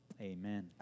Amen